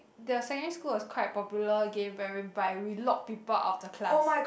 the secondary school was quite popular again but but we lock people after class